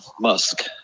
Musk